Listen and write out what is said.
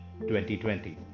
2020